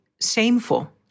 shameful